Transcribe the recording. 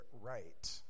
right